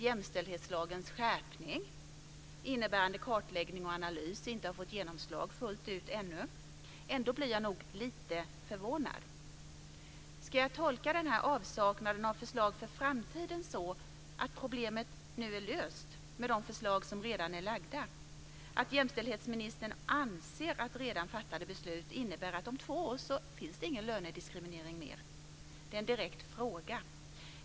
Jämställdhetslagens skärpning, innebärande kartläggningen och analys, har t.ex. inte fått genomslag fullt ut ännu. Ändå blir jag lite förvånad. Ska jag tolka avsaknaden av förslag för framtiden så att problemet nu är löst med de förslag som redan är framlagda? Anser jämställdhetsministern att redan fattade beslut innebär att om två år finns det ingen lönediskriminering mer? Det är en direkt fråga.